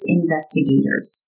investigators